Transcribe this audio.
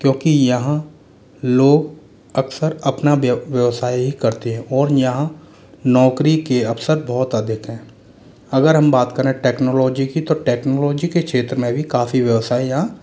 क्योंकि यहाँ लोग अक्सर अपना व्य व्यवसाय ही करते हैं और यहाँ नौकरी के अवसर बहुत अधिक हैं अगर हम बात करें टेक्नोलॉजी की तो टेक्नोलॉजी के क्षेत्र में भी काफ़ी व्यवसाय आँ